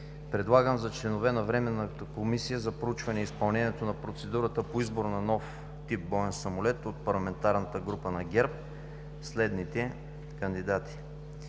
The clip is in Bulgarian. предлагам за членове на Временната комисия за проучване изпълнението на процедурата по избор на нов тип боен самолет от парламентарната група на ГЕРБ следните кандидати: